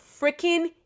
freaking